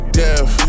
death